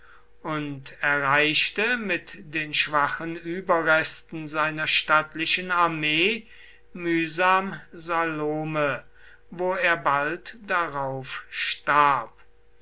und erreichte mit den schwachen überresten seiner stattlichen armee mühsam salome wo er bald darauf starb